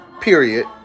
Period